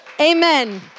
Amen